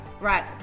Right